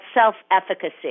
self-efficacy